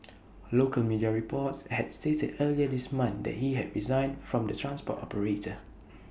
local media reports had stated earlier this month that he had resigned from the transport operator